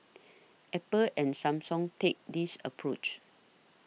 apple and Samsung take this approach